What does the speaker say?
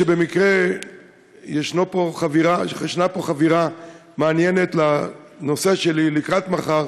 שבמקרה ישנה חבירה מעניינת לנושא שלי לקראת מחר.